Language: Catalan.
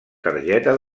targeta